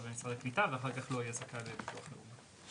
במשרד הקליטה ואחר כך לא יהיה זכאי בביטוח לאומי.